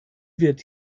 wird